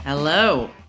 Hello